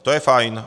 To je fajn.